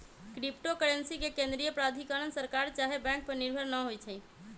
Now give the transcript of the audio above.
crypto currency के केंद्रीय प्राधिकरण सरकार चाहे बैंक पर निर्भर न होइ छइ